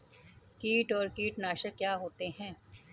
कीट और कीटनाशक क्या होते हैं?